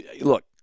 look